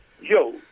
yo